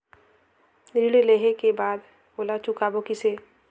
ऋण लेहें के बाद ओला चुकाबो किसे?